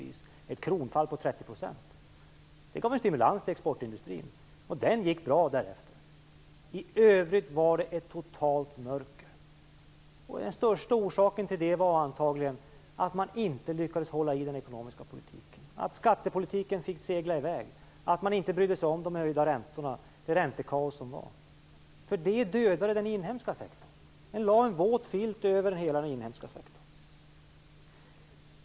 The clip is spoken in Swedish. Ett kronfall på 30 % gav stimulans till exportindustrin. Den gick bra därefter. I övrigt var det ett totalt mörker. Den största orsaken till det var antagligen att man inte lyckades hålla i den ekonomiska politiken. Skattepolitiken fick segla i väg. Man brydde sig inte om de höjda räntorna, det räntekaos som rådde. Det dödade den inhemska sektorn. Det lade en våt filt över hela den inhemska sektorn.